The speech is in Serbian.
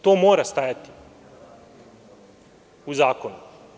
To mora stajati u zakonu.